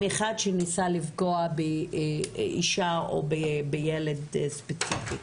אחד שניסה לפגוע באישה או בילד ספציפיים,